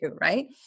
right